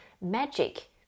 magic